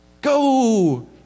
Go